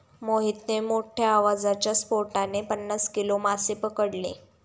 मोहितने मोठ्ठ्या आवाजाच्या स्फोटाने पन्नास किलो मासे पकडले